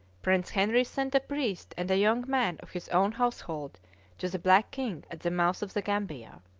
prince henry sent a priest and a young man of his own household to the black king at the mouth of the gambia.